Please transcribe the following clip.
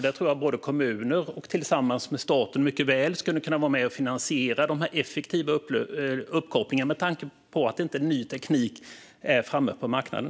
Jag tror att kommuner tillsammans med staten mycket väl skulle kunna vara med och finansiera dessa effektiva uppkopplingar med tanke på att inte ny teknik är framme på marknaden.